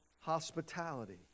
hospitality